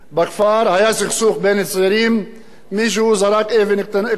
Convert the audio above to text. מישהו זרק אבן קטנה ונפצעה איזה בחורה.